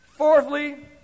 Fourthly